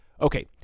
Okay